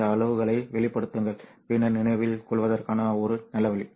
இந்த அளவுகளை வெளிப்படுத்துங்கள் பின்னர் நினைவில் கொள்வதற்கான ஒரு நல்ல வழி